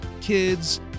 kids